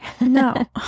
No